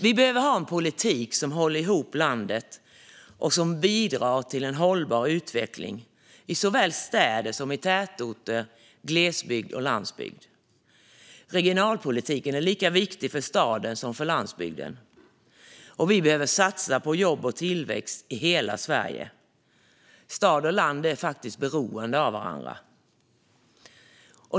Vi behöver ha en politik som håller ihop landet och som bidrar till en hållbar utveckling i såväl städer, tätorter som glesbygd och landsbygd. Regionalpolitiken är lika viktig för staden som för landsbygden. Vi behöver satsa på jobb och tillväxt i hela Sverige. Stad och land är beroende av varandra.